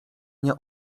nie